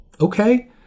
Okay